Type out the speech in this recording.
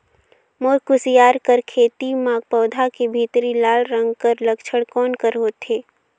मोर कुसियार कर खेती म पौधा के भीतरी लाल रंग कर लक्षण कौन कर होथे?